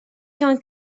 qu’en